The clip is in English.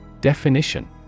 Definition